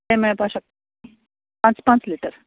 तें मेळपाक शकता पांच पांच लिटर